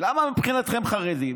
כי מבחינתכם חרדים